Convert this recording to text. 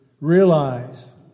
realize